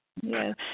Yes